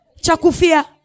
Chakufia